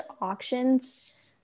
auctions